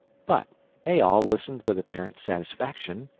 but they all listened with apparent satisfaction,